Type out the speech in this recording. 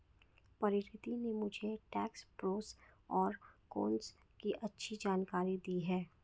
परिनीति ने मुझे tax pros और कोन्स की अच्छी जानकारी दी है